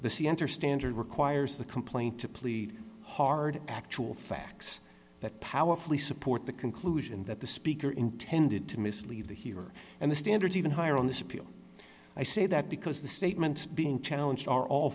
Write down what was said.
the standard requires the complaint to plead hard actual facts that powerfully support the conclusion that the speaker intended to mislead the hearer and the standards even higher on this appeal i say that because the statement being challenged are all